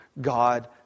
God